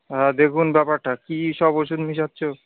হ্যাঁ দেখুন ব্যাপারটা কি সব ওষুধ মেশাচ্ছ